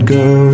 go